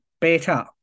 better